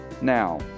now